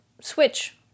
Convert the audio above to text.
switch